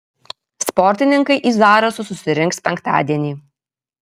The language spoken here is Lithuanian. sportininkai į zarasus susirinks penktadienį